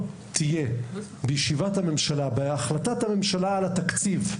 תתקבל החלטת הממשלה על התקציב.